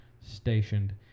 stationed